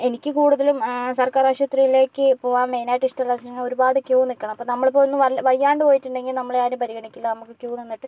എനിക്ക് കൂടുതലും സർക്കാർ ആശുപത്രിയിലേക്ക് പോകാൻ മെയിനായിട്ട് ഇഷ്ടമില്ലാത്തത് ഒരുപാട് ക്യൂ നിൽക്കണം അപ്പം നമ്മളിപ്പോൾ ഒന്ന് വയ്യാണ്ട് പോയിട്ടുണ്ടെങ്കിൽ നമ്മളെ ആരും പരിഗണിക്കില്ല നമ്മൾ ക്യൂ നിന്നിട്ട്